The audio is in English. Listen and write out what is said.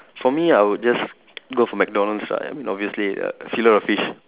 for me I would just go for McDonald's lah I mean obviously uh fillet O fish